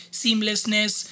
seamlessness